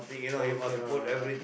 all cannot lah